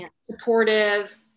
supportive